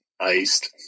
Iced